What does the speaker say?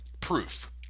proof